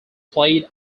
played